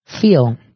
feel